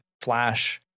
flash